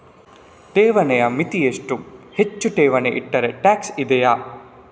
ಠೇವಣಿಯ ಮಿತಿ ಎಷ್ಟು, ಹೆಚ್ಚು ಠೇವಣಿ ಇಟ್ಟರೆ ಟ್ಯಾಕ್ಸ್ ಇದೆಯಾ?